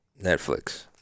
Netflix